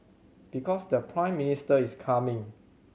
because the Prime Minister is coming